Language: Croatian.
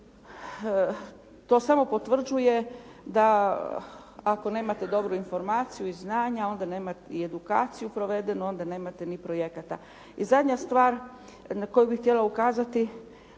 to samo potvrđuje da ako nemate dobru informaciju i znanje, i edukaciju provedenu, onda nemate ni projekata. I zadnja stvar na koju bih htjela ukazati,